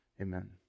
Amen